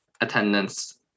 attendance